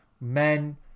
men